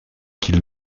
qu’ils